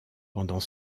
pendant